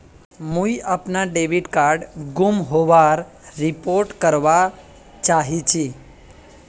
मुई अपना debit card गूम होबार रिपोर्ट करवा चहची